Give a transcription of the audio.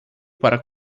para